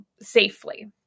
safely